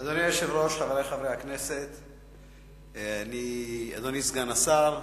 אדוני היושב-ראש, חברי חברי הכנסת, אדוני סגן השר,